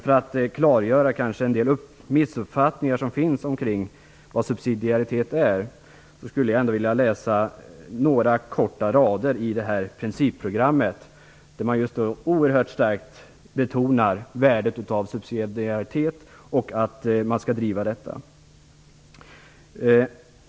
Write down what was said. För att klargöra en del missuppfattningar om vad subsidiaritet är skulle jag vilja läsa några korta rader i principprogrammet där man oerhört starkt betonar värdet av subsidiaritet och att man skall driva detta.